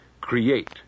Create